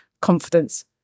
Confidence